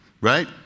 Right